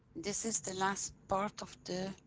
this is the last part of the.